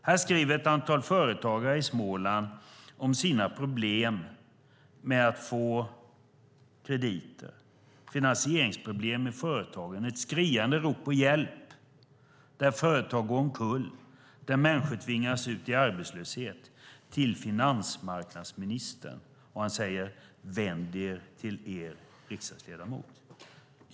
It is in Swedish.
Här skriver ett antal företagare i Småland om sina problem med att få krediter, om finansieringsproblem för företagen. Det är ett skriande rop på hjälp för att företag går omkull och människor tvingas ut i arbetslöshet. De skriver till finansmarknadsministern, och han säger: Vänd er till er riksdagsledamot.